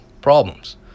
problems